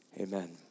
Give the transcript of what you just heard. Amen